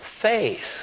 faith